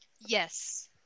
Yes